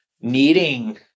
needing